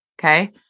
Okay